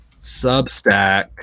Substack